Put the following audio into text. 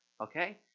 okay